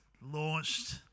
launched